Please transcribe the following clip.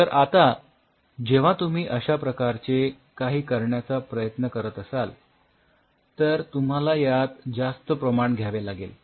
तर आता जेव्हा तुम्ही अश्या प्रकारचे काही करण्याचा प्रयत्न करत असाल तर तुम्हाला यात जास्त प्रमाण घ्यावे लागेल